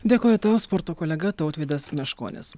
dėkoju tau sporto kolega tautvydas meškonis